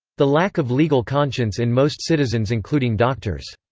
the lack of legal conscience in most citizens including doctors.